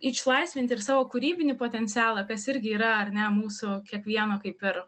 išlaisvinti ir savo kūrybinį potencialą kas irgi yra ar ne mūsų kiekvieno kaip ir